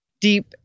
Deep